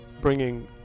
Bringing